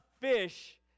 fish